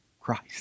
Christ